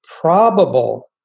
probable